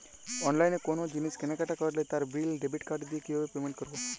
অনলাইনে কোনো জিনিস কেনাকাটা করলে তার বিল ডেবিট কার্ড দিয়ে কিভাবে পেমেন্ট করবো?